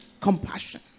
Compassion